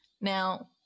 Now